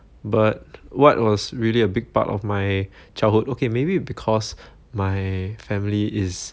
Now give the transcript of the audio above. but what was really a big part of my childhood okay maybe because my family is